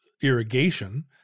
irrigation